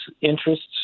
interests